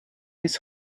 his